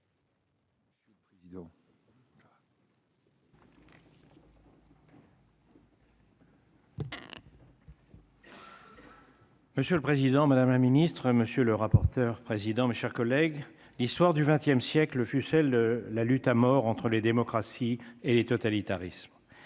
Monsieur le président, madame la ministre, monsieur le rapporteur, président, mes chers collègues, l'histoire du 20ème siècle fut celle de la lutte à mort entre les démocraties et les totalitarismes